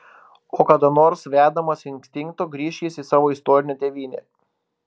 o kada nors vedamas instinkto grįš jis į savo istorinę tėvynę